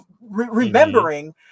remembering